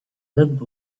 looked